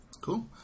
Cool